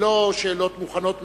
לא שאלות מוכנות מראש.